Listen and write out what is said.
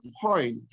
point